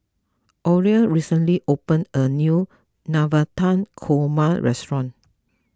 Orelia recently opened a new Navratan Korma restaurant